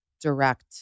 direct